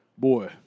Boy